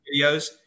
videos